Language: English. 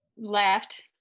left